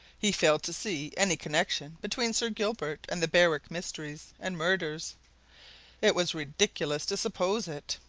he failed to see any connection between sir gilbert and the berwick mysteries and murders it was ridiculous to suppose it.